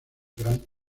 gran